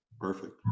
Perfect